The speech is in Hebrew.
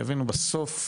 בסוף,